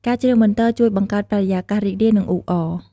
ការច្រៀងបន្ទរជួយបង្កើតបរិយាកាសរីករាយ និងអ៊ូអរ។